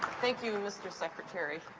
thank you, mr. secretary.